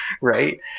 Right